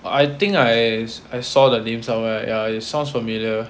I think I s~ I saw the name somewhere ya it sounds familiar